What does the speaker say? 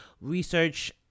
research